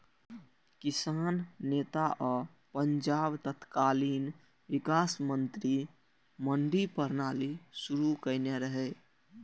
किसान नेता आ पंजाबक तत्कालीन विकास मंत्री मंडी प्रणाली शुरू केने रहै